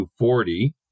240